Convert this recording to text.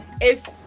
If-